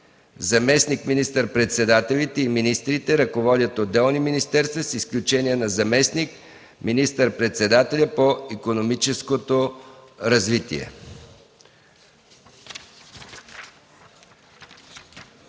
Заместник министър-председателите и министрите ръководят отделни министерства, с изключение на заместник министър-председателя по икономическото развитие.”